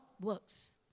works